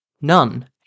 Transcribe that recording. None